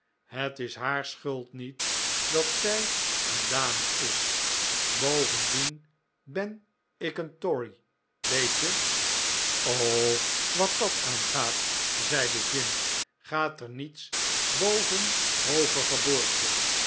het is haar schuld niet dat zij een dame is bovendien ben ik een tory weet je wat dat aangaat zeide jim gaat er niets boven hooge geboorte